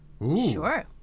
Sure